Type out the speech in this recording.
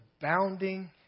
abounding